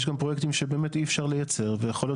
יש גם פרויקטים שבאמת אי אפשר לייצר ויכול להיות